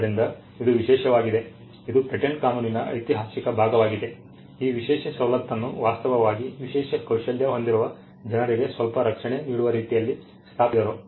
ಆದ್ದರಿಂದ ಇದು ವಿಶೇಷವಾಗಿದೆ ಇದು ಪೇಟೆಂಟ್ ಕಾನೂನಿನ ಐತಿಹಾಸಿಕ ಭಾಗವಾಗಿದೆ ಈ ವಿಶೇಷ ಸವಲತ್ತನ್ನು ವಾಸ್ತವವಾಗಿ ವಿಶೇಷ ಕೌಶಲ್ಯ ಹೊಂದಿರುವ ಜನರಿಗೆ ಸ್ವಲ್ಪ ರಕ್ಷಣೆ ನೀಡುವ ರೀತಿಯಲ್ಲಿ ಸ್ಥಾಪಿಸಿದರು